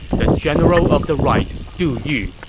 the general of the right, du yu,